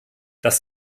das